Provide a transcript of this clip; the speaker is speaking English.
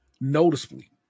noticeably